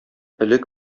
элек